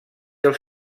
els